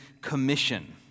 commission